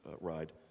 ride